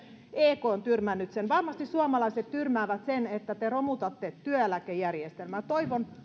ek on tyrmännyt sen varmasti suomalaiset tyrmäävät sen että te romutatte työeläkejärjestelmää toivon